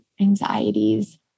anxieties